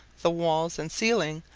the walls and ceiling,